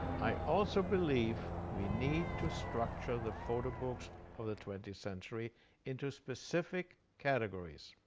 i also believe we need to structure the photo books of the twenty century into specific categories,